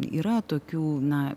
yra tokių na